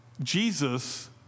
Jesus